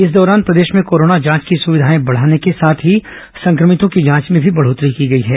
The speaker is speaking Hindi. इस दौरान प्रदेश में कोरोना जांच की सुविधाएं बढने के साथ ही संक्रमितों की जांच में भी बढ़ोतरी हुई है